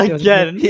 again